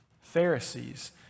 Pharisees